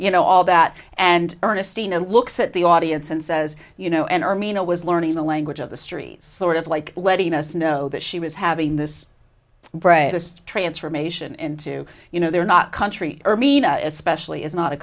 you know all that and ernestina looks at the audience and says you know and armenia was learning the language of the streets sort of like letting us know that she was having this bravest transformation into you know they're not country or mina especially is not a